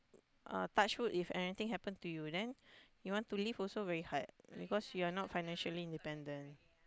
uh touchwood if anything happen to you then you want to leave also very hard because you are not financially independent